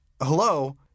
hello